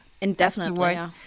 indefinitely